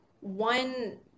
one